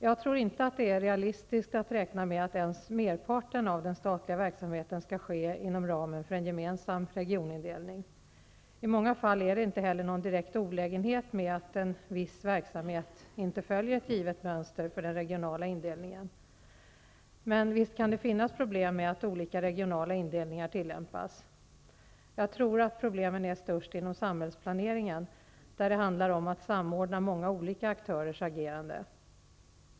Jag tror inte att det är realistiskt att räkna med att ens merparten av den statliga verksamheten skall ske inom ramen för en gemensam regionindelning. I många fall är det inte heller någon direkt olägenhet med att en viss verksamhet inte följer ett givet mönster för den regionala indelningen. Men visst kan det finnas problem med att olika regionala indelningar tillämpas. Jag tror att problemen är störst inom samhällsplaneringen, där det handlar om att samordna många olika aktörers agerande.